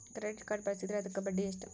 Credit card ಬಳಸಿದ್ರೇ ಅದಕ್ಕ ಬಡ್ಡಿ ಎಷ್ಟು?